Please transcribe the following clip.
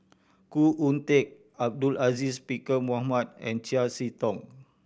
Khoo Oon Teik Abdul Aziz Pakkeer Mohamed and Chiam See Tong